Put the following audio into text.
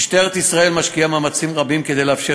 משטרת ישראל משקיעה מאמצים רבים כדי לאפשר